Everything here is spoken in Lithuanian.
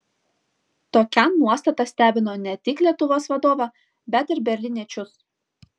tokia nuostata stebino ne tik lietuvos vadovą bet ir berlyniečius